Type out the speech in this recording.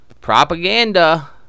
propaganda